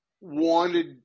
wanted